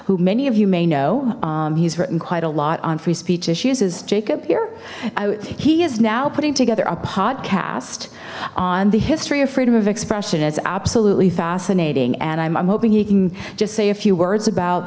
who many of you may know he's written quite a lot on free speech issues is jacob here he is now putting together a podcast on the history of freedom of expression is absolutely fascinating and i'm hoping he can just say a few words